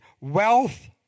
wealth